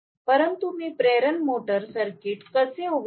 परंतु मी प्रेरण मोटर सर्किट कसे उघडेन